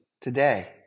today